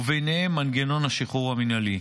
וביניהם מנגנון השחרור המינהלי.